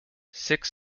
six